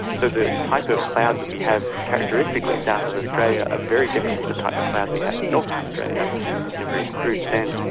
so the type of clouds that we have characteristically south of australia are ah very different from the type of clouds we have north of australia, in a very crude sense.